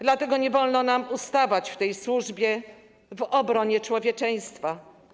Dlatego nie wolno nam ustawać w tej służbie w obronie człowieczeństwa.